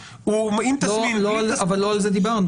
הוא עם תסמין או בלי תסמין --- אבל לא על זה דיברנו.